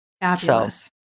Fabulous